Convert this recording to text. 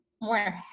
more